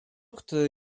który